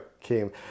came